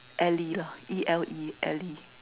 ele lah E_L_E ele